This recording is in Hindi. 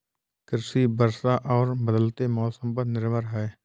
कृषि वर्षा और बदलते मौसम पर निर्भर है